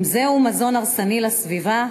אם זה מזון הרסני לסביבה,